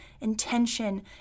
Intention